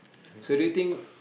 so do you think